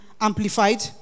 amplified